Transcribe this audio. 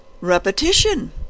Repetition